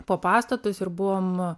po pastatus ir buvom